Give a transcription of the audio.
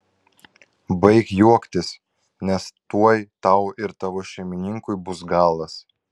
baik juoktis nes tuoj tau ir tavo šeimininkui bus galas